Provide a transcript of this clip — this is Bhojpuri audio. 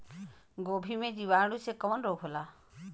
गोभी में जीवाणु से कवन रोग होला?